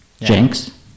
Jinx